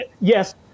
Yes